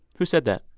who said that?